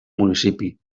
municipi